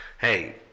Hey